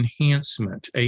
enhancement